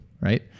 right